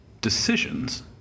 decisions